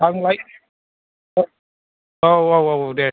आं लायसै औ औ औ दे